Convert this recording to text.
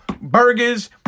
Burgers